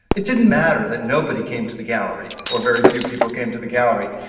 it didn't matter that nobody came to the gallery, or very few people came to the gallery,